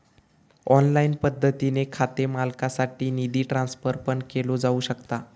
online पद्धतीने खाते मालकासाठी निधी ट्रान्सफर पण केलो जाऊ शकता